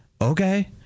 Okay